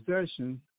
possession